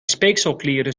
speekselklieren